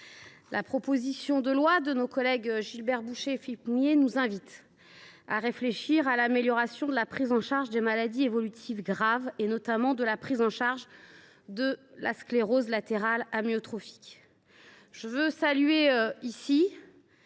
la proposition de loi de nos collègues Gilbert Bouchet et Philippe Mouiller nous invite à réfléchir à l’amélioration de la prise en charge des maladies évolutives graves, notamment celle de la sclérose latérale amyotrophique. Je veux saluer ici